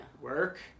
work